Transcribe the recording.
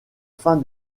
fin